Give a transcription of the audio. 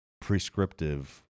prescriptive